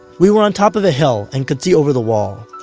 we were on top of a hill and could see over the wall.